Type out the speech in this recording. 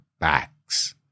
backs